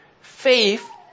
faith